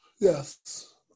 Yes